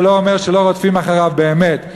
זה לא אומר שלא רודפים אחריו באמת.